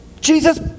Jesus